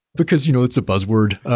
because you know it's a buzzword.